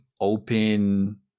open